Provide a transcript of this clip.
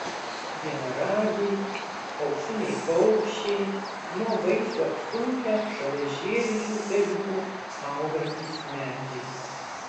vienaragiai auksiniai paukščiai nuo vaisių apsunkę šalia žėrinčių upeliukų augantys medžiai